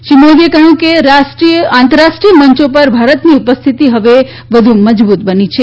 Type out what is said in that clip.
શ્રી મોદીએ કહ્યું કે આંતરરાષ્ટ્રીય મંયો પર ભારતની ઉપસ્થિતી હવે વધુ મજબૂત બની રહી છે